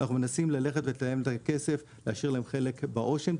אנחנו מנסים להשאיר להם חלק בעו"ש אם הם